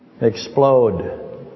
Explode